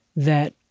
that